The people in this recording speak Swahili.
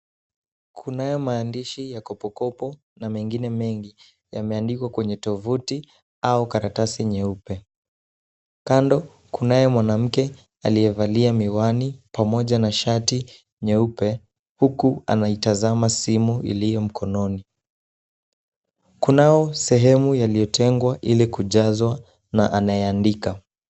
Kunayo maandishi ya kopokopo na mengine mengi, yameandikwa kwenye tovuti au karatasi nyeupe, kando, kunayo mwanamke aliyevalia miwani pamoja na shati nyeupe huku anaitazama simu iliyo mkononi. kunao sehemu yaliyotengwa ili kujazwa na anayeandika.